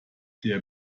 der